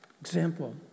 Example